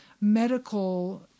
medical